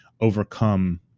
overcome